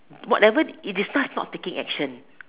whatever is it not fault to take action